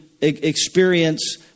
experience